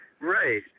Right